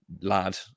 lad